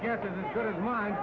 you're right